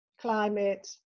climate